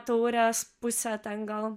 taures pusę ten gal